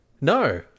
No